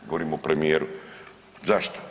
Govorim o premijeru, zašto?